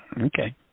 Okay